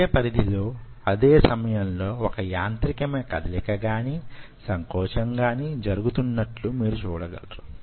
అదే పరిధిలో అదే సమయంలో వొక యాంత్రికమైన కదలిక గాని సంకోచం గాని జరుగుతున్నట్లు మీరు చూడగలరు